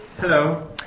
Hello